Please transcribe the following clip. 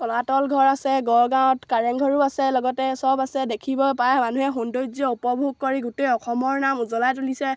তলাতল ঘৰ আছে গড়গাঁৱত কাৰেংঘৰো আছে লগতে চব আছে দেখিব পাৰে মানুহে সৌন্দৰ্য উপভোগ কৰি গোটেই অসমৰ নাম উজ্বলাই তুলিছে